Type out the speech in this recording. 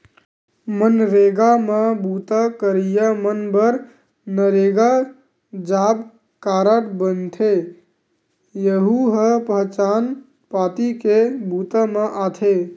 मनरेगा म बूता करइया मन बर नरेगा जॉब कारड बनथे, यहूं ह पहचान पाती के बूता म आथे